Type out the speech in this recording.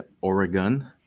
Oregon